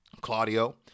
Claudio